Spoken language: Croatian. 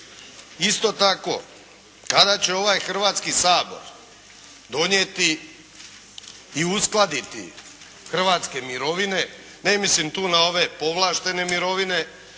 Isto tako, kada će ovaj Hrvatski sabor donijeti i uskladiti hrvatske mirovine. Ne mislim tu na ove povlaštene mirovine,